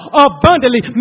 abundantly